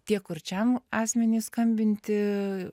tiek kurčiam asmeniui skambinti